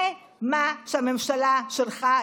זה מה שהממשלה שלך,